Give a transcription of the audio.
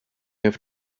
have